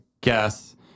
guess